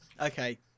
Okay